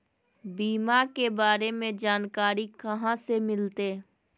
बीमा के बारे में जानकारी कहा से मिलते?